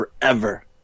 forever